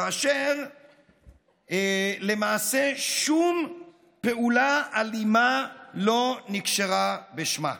כאשר למעשה שום פעולה אלימה לא נקשרה בשמה,